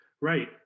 Right